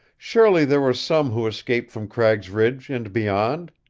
surely there were some who escaped from cragg's ridge and beyond!